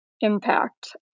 impact